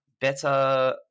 better